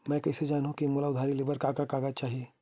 मैं कइसे जानहुँ कि मोला उधारी ले बर का का कागज चाही?